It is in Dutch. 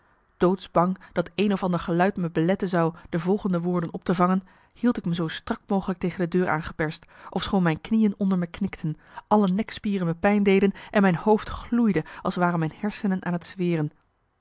doodsbang dat een of ander geluid me beletten zou de volgende woorden op te vangen hield ik me zoo strak mogelijk tegen de deur aan geperst ofschoon mijn knieën onder me knikten alle nekspieren me pijn deden en mijn hoofd gloeide als waren mijn hersenen aan het zweren